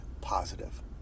positive